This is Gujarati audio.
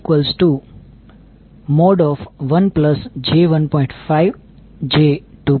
5 j2